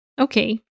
okay